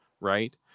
right